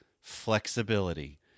flexibility